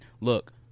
look